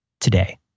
today